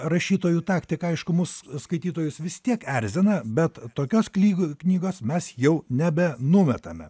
rašytojų taktika aišku mus skaitytojus vis tiek erzina bet tokios klyg knygos mes jau nebenumetame